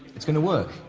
it's going to work.